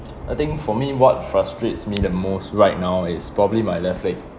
I think for me what frustrates me the most right now is probably my left leg